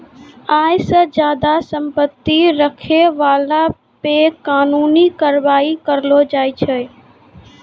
आय से ज्यादा संपत्ति रखै बाला पे कानूनी कारबाइ करलो जाय छै